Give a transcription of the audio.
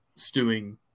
stewing